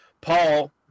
Paul